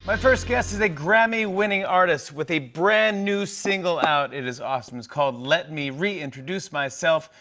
my first guest is a grammy-winning artist with a brand-new single out. it is awesome. it's called let me reintroduce myself.